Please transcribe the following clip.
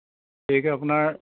বিশেষকৈ আপোনাৰ